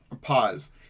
Pause